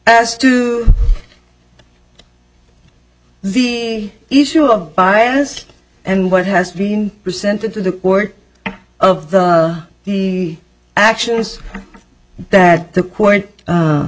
as to the issue of biased and what has been presented to the court of the the actions that the court